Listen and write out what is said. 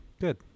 good